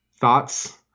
thoughts